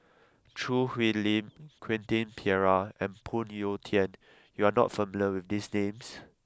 Choo Hwee Lim Quentin Pereira and Phoon Yew Tien you are not familiar with these names